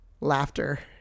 laughter